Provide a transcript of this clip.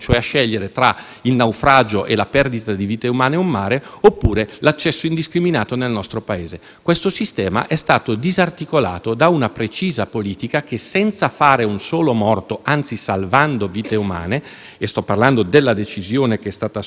Questo sistema è stato disarticolato da una precisa politica che, senza fare un solo morto, anzi salvando vite umane - sto parlando della decisione che è stata assunta dal Ministro - ha permesso di distinguere le due fasi e questo non perché ci sia una volontà